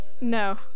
No